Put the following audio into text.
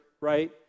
right